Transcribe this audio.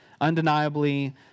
Undeniably